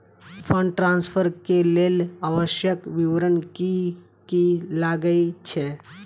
Fund transfer केँ लेल आवश्यक विवरण की की लागै छै?